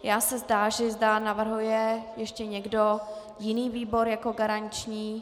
Já se táži, zda navrhuje ještě někdo jiný výbor jako garanční.